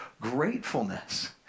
gratefulness